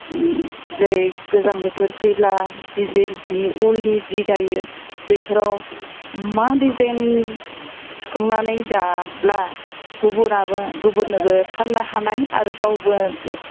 जेरै गोजां बोथोर फैब्ला दिजेन हि उलनि जि दायो बैफ्राव मा दिजेन थिखांनानै दाब्ला गुबुनाबो गुबुन्नोबो फान्नो हानाय आरो गावबो